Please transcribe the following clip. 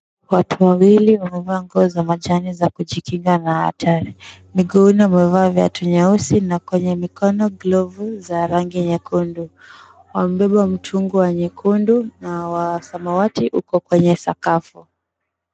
Watu wawili wamevaa nguo za majani za kujikinga na hatari, miguuni wamevaa viatu nyeusi, na kwenye mikono glovu za rangi nyekundu. Wamebeba mitungi nyekundu na samawati uko kwenye sakafu.